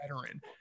veteran